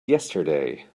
yesterday